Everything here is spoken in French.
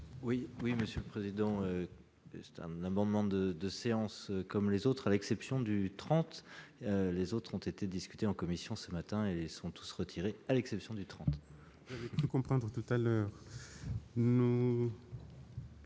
oui Monsieur le Président, c'est un moment de 2 séances comme les autres, à l'exception du 30, les autres ont été discutés en commission ce matin et sont tous retirés à l'exception du 30. Je comprendre tout à l'heure. L'avis